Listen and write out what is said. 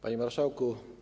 Panie Marszałku!